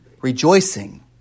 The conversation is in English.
Rejoicing